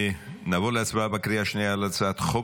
נעבור להצבעה בקריאה שנייה על הצעת חוק